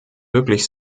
wirklich